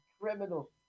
criminal